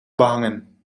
behangen